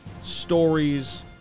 stories